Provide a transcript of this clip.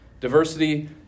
Diversity